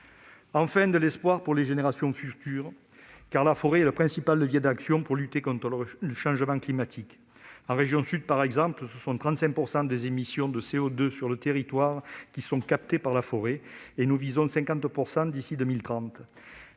de l'espoir pour les générations futures, car la forêt est le principal levier d'action pour lutter contre le changement climatique. En région Sud par exemple, ce sont 35 % des émissions de CO2 sur le territoire qui sont captées par la forêt et nous visons 50 % d'ici à 2030.